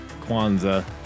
Kwanzaa